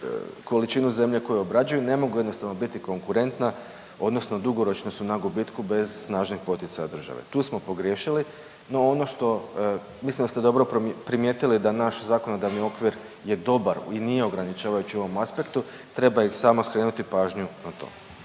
količinu zemlje koju obrađuju ne mogu jednostavno biti konkurentna odnosno dugoročno su na gubitku bez snažnih poticaja države. Tu smo pogriješili, no ono mislim da ste dobro primijetili da naš zakonodavni okvir je dobar i nije ograničavajući u ovom aspektu treba im samo skrenuti pažnju na to.